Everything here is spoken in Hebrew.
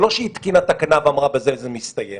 זה לא שהיא התקינה תקנה ואמרה שבזה זה מסתיים.